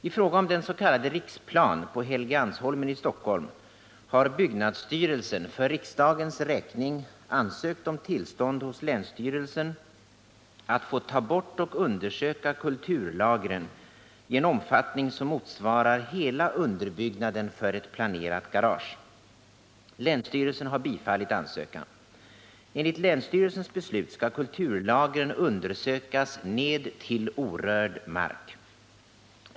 I fråga om den s.k. riksplan på Helgeandsholmen i Stockholm har byggnadsstyrelsen för riksdagens räkning ansökt om tillstånd hos länsstyrelsen att få ta bort och undersöka kulturlagren i en omfattning som motsvarar hela underbyggnaden för ett planerat garage. Länsstyrelsen har bifallit ansökan. Enligt länsstyrelsens beslut skall kulturlagren undersökas ned till orörd mark.